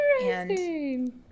interesting